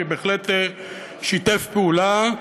שבהחלט שיתף פעולה,